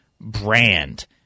brand